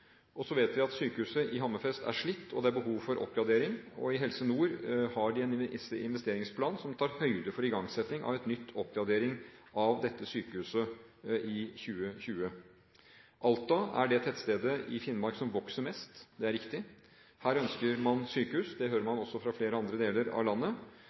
Så vet vi at sykehuset i Hammerfest er slitt, og at det er behov for oppgradering. I Helse Nord har de en investeringsplan som tar høyde for igangsetting av en ny oppgradering av dette sykehuset i 2020. Alta er det tettstedet i Finnmark som vokser mest, det er riktig. Her ønsker man sykehus – det hører man også fra flere andre deler av landet.